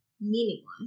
meaningless